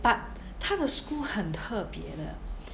but 他的 school 很特别的